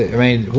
i mean,